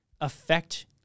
affect